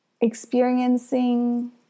experiencing